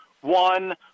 one